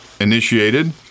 initiated